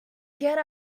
get